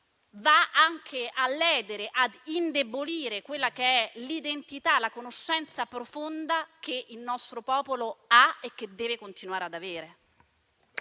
va anche a ledere e a indebolire l'identità e la conoscenza profonda che il nostro popolo ha e che deve continuare ad avere.